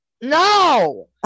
No